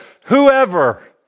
whoever